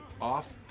off